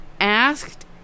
asked